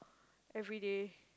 every day